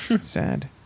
Sad